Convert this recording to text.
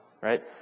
right